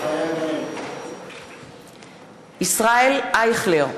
מתחייב אני ישראל אייכלר,